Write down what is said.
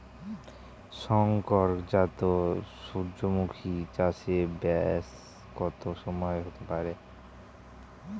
শংকর জাত সূর্যমুখী চাসে ব্যাস কত সময় হতে পারে?